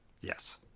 Yes